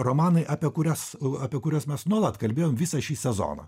romanai apie kurias apie kuriuos mes nuolat kalbėjom visą šį sezoną